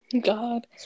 God